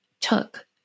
took